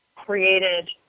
created